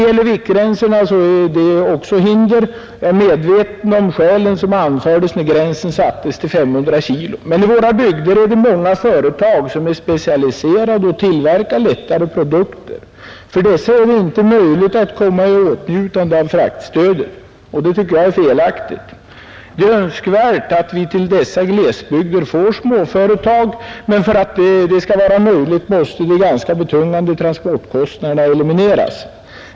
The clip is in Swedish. Också viktgränsen är ett hinder. Jag är medveten om skälen som anfördes när gränsen sattes till 500 kg. Men i våra bygder är det många företag som är specialiserade och tillverkar lättare produkter. För dessa är det inte möjligt att komma i åtnjutande av fraktstödet. Det tycker jag är felaktigt. Det är önskvärt att vi till dessa glesbygder får småföretag, men för att det skall vara möjligt måste de ganska betungande transportkostnaderna elimineras.